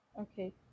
Okay